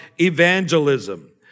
evangelism